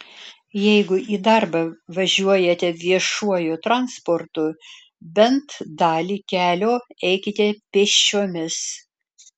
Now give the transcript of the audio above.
jeigu į darbą važiuojate viešuoju transportu bent dalį kelio eikite pėsčiomis